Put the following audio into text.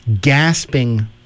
gasping